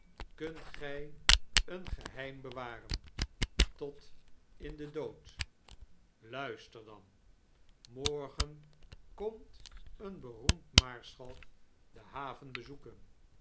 kunt gij een geheim bewaren tot in den dood luister dan morgen komt een beroemd maarschalk de haven bezoeken